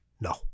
No